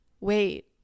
wait